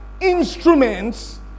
instruments